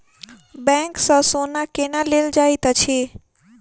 bank सँ सोना केना लेल जाइत अछि